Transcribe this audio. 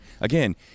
again